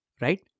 right